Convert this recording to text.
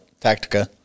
Tactica